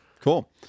Cool